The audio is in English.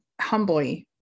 humbly